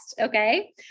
okay